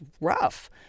rough